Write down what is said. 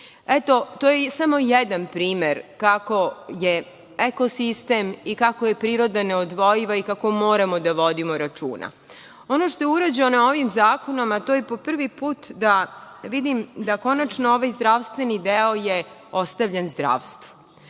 ribi. To je samo jedan primer kako je eko sistem i kako je priroda neodvojiva i kako moramo da vodimo računa. Ono što je urađeno ovim zakonima, a to je po prvi put da vidim da konačno ovaj zdravstveni deo je ostavljen zdravstvu.